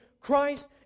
Christ